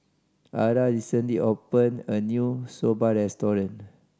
Arah recently opened a new Soba restaurant